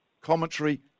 commentary